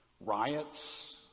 Riots